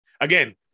Again